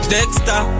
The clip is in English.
Dexter